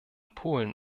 polen